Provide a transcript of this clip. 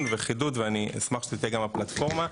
וחידוד ואני אשמח שתתן גם הפלטפורמה.